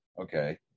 Okay